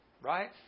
Right